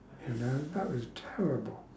you know that was terrible